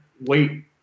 wait